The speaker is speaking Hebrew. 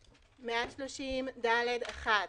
130(ד)(1)